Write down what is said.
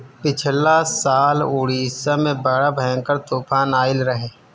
पिछला साल उड़ीसा में बड़ा भयंकर तूफान आईल रहे